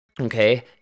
okay